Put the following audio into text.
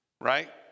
right